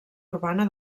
urbana